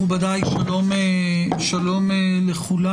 מכובדיי, שלום לכולם.